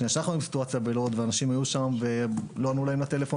לאנשים לא ענו לטלפון,